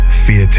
fear